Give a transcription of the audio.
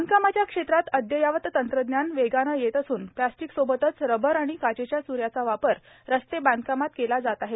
बांधकामाच्या क्षेत्रात अद्ययावत तंत्रज्ञान वेगानं येत असून प्लास्टीकसोबतच रबर आणि काचेच्या च् याचा वापर रस्ते बांधकामात केला जात आहे